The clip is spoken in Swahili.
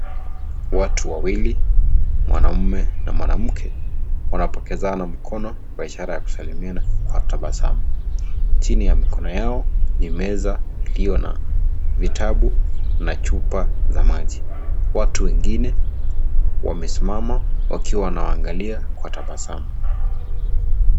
Watu wawili, mwanaume na mwanamke, wanapokezana mkono kwa ishara ya kusalimiana kwa tabasamu. Chini ya mikono yao ni meza iliyo na vitabu na chupa za maji. Watu wingine wamesimama wakiwa wanawangalia kwa tabasamu.